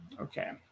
Okay